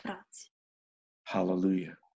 Hallelujah